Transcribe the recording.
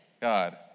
God